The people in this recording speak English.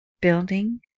building